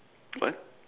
what